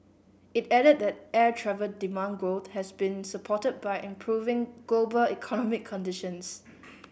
it added that air travel demand growth has been supported by improving global economic conditions